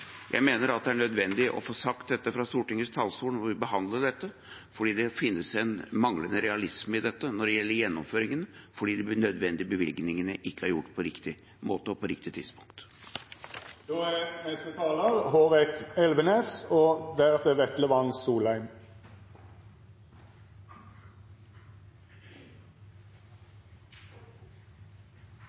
Jeg mener det er nødvendig å få sagt dette fra Stortingets talestol når vi behandler dette. Det finnes en manglende realisme i dette når det gjelder gjennomføringene, fordi de nødvendige bevilgningene ikke er gjort på riktig måte og på riktig